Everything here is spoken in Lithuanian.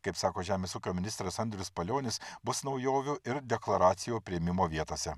kaip sako žemės ūkio ministras andrius palionis bus naujovių ir deklaracijų priėmimo vietose